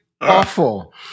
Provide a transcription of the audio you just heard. awful